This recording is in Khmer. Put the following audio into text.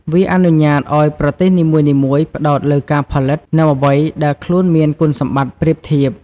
វាអនុញ្ញាតឱ្យប្រទេសនីមួយៗផ្តោតលើការផលិត នូវអ្វីដែលខ្លួនមានគុណសម្បត្តិប្រៀបធៀប។